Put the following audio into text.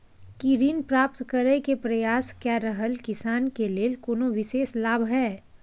की ऋण प्राप्त करय के प्रयास कए रहल किसान के लेल कोनो विशेष लाभ हय?